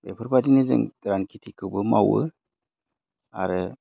बेफोरबायदिनो जों गोरान खेथिखौबो मावो आरो